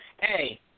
Hey